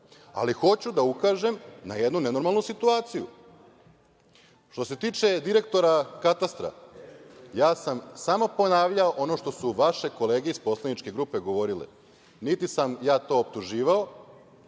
ali hoću da ukažem na jednu nenormalnu situaciju. Što se tiče direktora katastra, ja sam samo ponavljao ono što su vaše kolege iz poslaničke grupe govorile. Niti sam ja to optuživao,